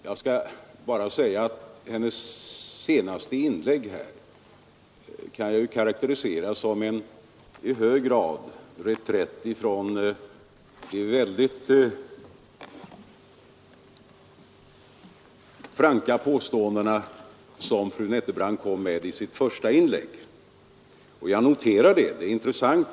Jag vill här bara säga att fru Nettelbrandts senaste inlägg kan karakteriseras som i hög grad en reträtt från de franka påståenden som hon gjorde i sitt första inlägg. Jag noterar det som intressant.